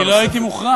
אני לא הייתי מוחרם.